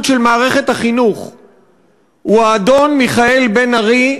של מערכת החינוך הוא האדון מיכאל בן-ארי,